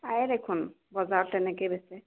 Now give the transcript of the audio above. পায়েই দেখোন বজাৰত তেনেকৈয়ে বেচে